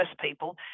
people